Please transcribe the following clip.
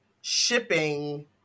shipping